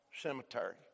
cemetery